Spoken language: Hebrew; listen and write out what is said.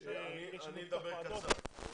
יש ועדות.